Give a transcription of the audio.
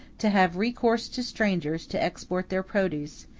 to have recourse to strangers to export their produce,